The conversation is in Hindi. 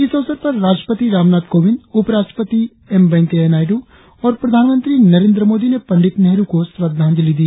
इस अवसर पर राष्ट्रपति रामनाथ कोविंद उप राष्ट्रपति एम वेंकैया नायडू और प्रधानमंत्री नरेंद्र मोदी ने पंडित नेहरु को श्रद्वांजलि दी